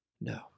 No